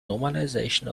normalization